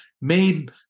made